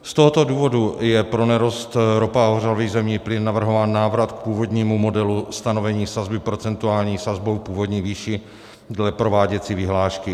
Z tohoto důvodu je pro nerost ropa a hořlavý zemní plyn navrhován návrat k původnímu modelu stanovení sazby procentuální sazbou v původní výši dle prováděcí vyhlášky.